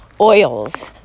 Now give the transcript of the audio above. oils